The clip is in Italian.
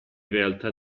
realtà